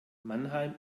mannheim